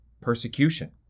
persecution